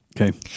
Okay